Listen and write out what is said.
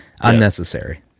Unnecessary